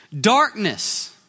Darkness